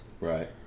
Right